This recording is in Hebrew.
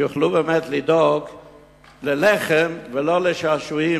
שידאגו באמת ללחם ולא לשעשועים,